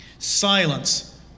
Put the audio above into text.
Silence